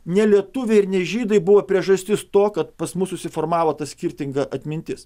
nelietuviai ir ne žydai buvo priežastis to kad pas mus susiformavo ta skirtinga atmintis